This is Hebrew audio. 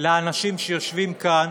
לאנשים שיושבים כאן